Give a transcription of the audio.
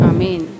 Amen